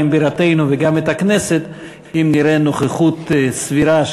בירתנו וגם את הכנסת אם נראה נוכחות סבירה.